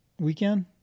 weekend